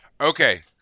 Okay